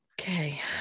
okay